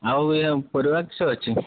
ଆଉ ଇଏ ପରିବା କିସ ଅଛି